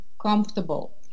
comfortable